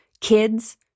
Kids